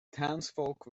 townsfolk